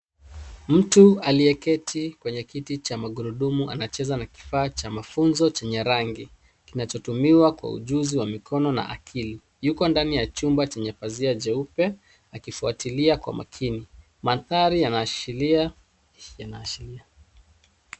Mtu aliyeketi kwenye kiti cha magurudumu, anacheza na kifaa cha mafunzo chenye rangi, kinachotumiwa kwa ujuzi wa mikono na akili. Yuko ndani ya chumba chenye pazia jeupe, akifuatilia kwa makini. Mandhari yanaashiria.